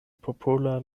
popola